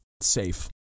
safe